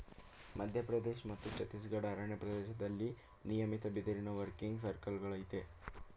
ಮಧ್ಯಪ್ರದೇಶ ಮತ್ತು ಛತ್ತೀಸ್ಗಢದ ಅರಣ್ಯ ಪ್ರದೇಶ್ದಲ್ಲಿ ನಿಯಮಿತ ಬಿದಿರಿನ ವರ್ಕಿಂಗ್ ಸರ್ಕಲ್ಗಳಯ್ತೆ